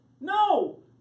No